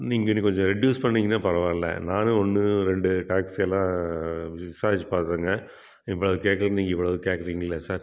நீங்கள் இன்னும் கொஞ்சம் ரெடியூஸ் பண்ணீங்கன்னா பரவாயில்லை நானும் ஒன்று ரெண்டு டாக்ஸியெல்லாம் விசாரித்து பாத்தோம்ங்க இவ்வளோ கேட்கல நீங்கள் இவ்வளோ கேக்கிறீங்களே சார்